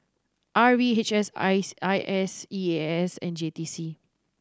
R V H S I S E A S and J T C